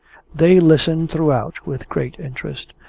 they listened throughout with great interest,